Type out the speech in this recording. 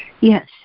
Yes